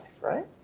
right